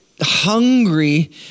hungry